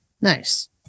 Nice